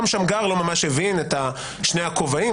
גם שמגר לא ממש הבין את שני הכובעים,